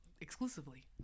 exclusively